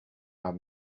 are